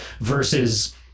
versus